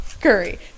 curry